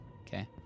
Okay